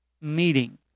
meeting